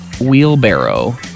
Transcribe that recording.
Wheelbarrow